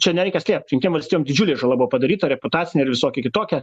čia nereikia slėpt jungtinėm valstijom didžiulė žala buvo padaryta reputacinė ir visokia kitokia